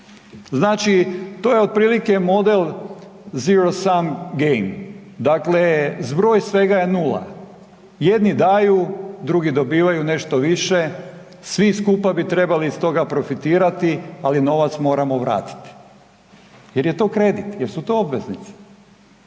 Znači, to je otprilike model zero sam game, dakle zbroj svega je nula, jedni daju, drugi dobivaju nešto više, svi skupa bi trebali iz toga profitirati, ali novac moramo vratiti jer je to kredit, jer su to obveznice.